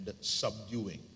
subduing